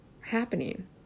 Happening